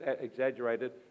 exaggerated